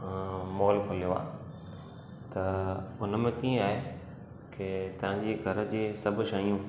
mall खुल्यो आहे त उनमें कीअं आहे खे तव्हां जे घर जी सभु शयूं